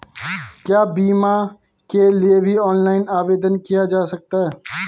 क्या बीमा के लिए भी ऑनलाइन आवेदन किया जा सकता है?